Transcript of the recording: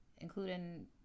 including